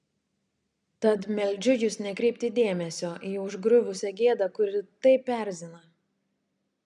tad meldžiu jus nekreipti dėmesio į užgriuvusią gėdą kuri taip erzina